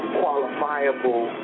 qualifiable